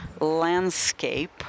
landscape